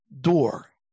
door